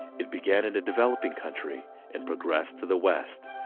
it began in a developing country and progressed to the west,